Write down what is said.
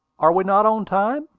are we not on time?